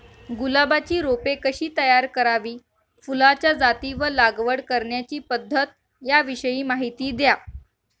गुलाबाची रोपे कशी तयार करावी? फुलाच्या जाती व लागवड करण्याची पद्धत याविषयी माहिती द्या